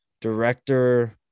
director